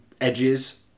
edges